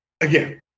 Again